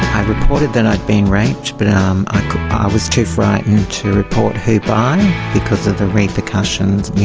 i reported that i had been raped but um i was too frightened to report who by because of the repercussions,